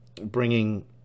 bringing